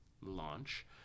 launch